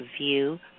view